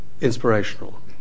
inspirational